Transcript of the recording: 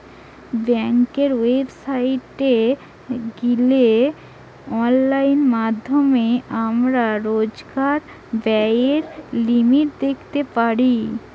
বেংকের ওয়েবসাইটে গিলে অনলাইন মাধ্যমে আমরা রোজকার ব্যায়ের লিমিট দ্যাখতে পারি